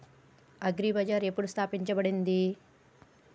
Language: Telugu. అగ్రి బజార్ ఎప్పుడు స్థాపించబడింది?